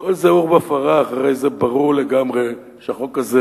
כל זה עורבא פרח, הרי ברור לגמרי שהחוק הזה